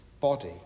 body